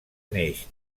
neix